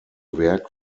werk